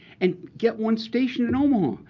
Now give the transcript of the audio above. and get one stationed in omaha.